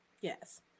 Yes